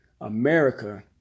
America